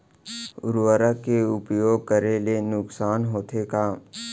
उर्वरक के उपयोग करे ले नुकसान होथे का?